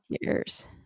years